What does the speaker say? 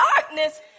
darkness